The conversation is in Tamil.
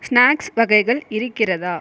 ஸ்நாக்ஸ் வகைகள் இருக்கிறதா